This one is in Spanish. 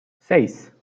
seis